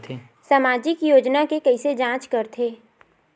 सामाजिक योजना के कइसे जांच करथे?